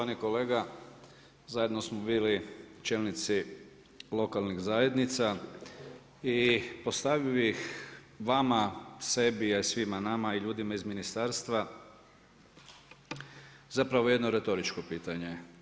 Poštovani kolega, zajedno smo bili čelnici lokalnih zajednica i postavio bih vama sebi, a i svima nama i ljudima iz ministarstva, zapravo jedno retoričko pitanje.